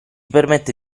permette